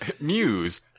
muse